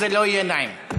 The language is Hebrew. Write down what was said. וזה לא יהיה נעים.